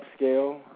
upscale